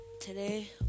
today